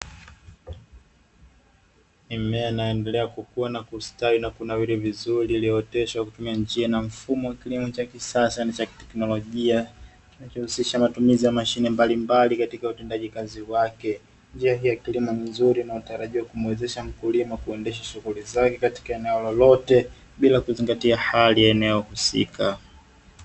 Mimea inayoendelea kukua na kustawi na kunawiri vizuri iliyooteshwa kwa kutumia njia na mfumo wa kilimo cha kisasa na cha kiteknolojia, kinachohusisha matumizi ya mashine mbalimbali katika utendaji kazi wake. Njia hii ya kilimo ni nzuri inayotarajiwa kumuwezesha mkulima kuendesha shughuli zake katika eneo lolote, bila kuzingatia hali ya eneo husika.